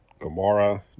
Gamora